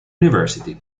university